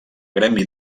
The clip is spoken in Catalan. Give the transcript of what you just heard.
gremi